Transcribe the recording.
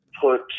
put